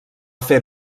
fer